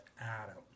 Adam